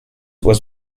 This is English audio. was